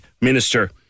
Minister